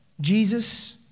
Jesus